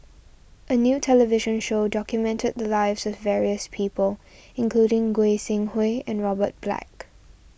a new television show documented the lives of various people including Goi Seng Hui and Robert Black